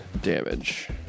damage